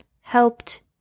Helped